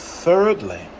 Thirdly